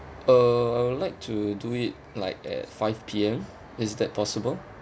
uh I would like to do it like at five P_M is that possible